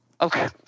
Okay